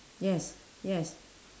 yes yes